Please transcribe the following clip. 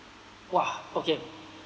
!wah! okay